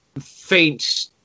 faint